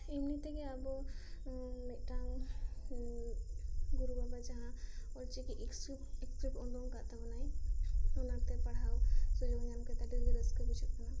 ᱤᱢᱱᱤ ᱛᱮᱜᱤ ᱟᱵᱚ ᱢᱤᱫᱴᱟᱝ ᱜᱩᱨᱩ ᱵᱟᱵᱟ ᱡᱟᱦᱟᱸ ᱚᱞ ᱪᱤᱠᱤ ᱤᱥᱠᱨᱤᱯᱴ ᱤᱥᱠᱨᱤᱯᱴ ᱚᱰᱳᱜ ᱟᱠᱟᱜ ᱛᱟᱵᱚᱱᱚᱭ ᱚᱱᱟ ᱛᱮ ᱯᱟᱲᱦᱟᱣ ᱥᱩᱡᱚᱜᱽ ᱧᱟᱢ ᱠᱮᱫᱟ ᱟᱹᱰᱤ ᱜᱮ ᱨᱟᱥᱠᱟ ᱵᱩᱡᱷᱟᱹᱜ ᱠᱟᱱᱟ